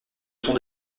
sont